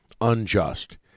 unjust